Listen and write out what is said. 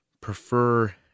prefer